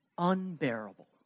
unbearable